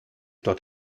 dort